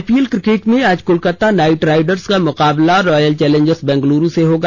IPL cricket में आज Kolkata knight riders का मुकाबला रॉयल चैलेंजर्स बैंगलूरू से होगा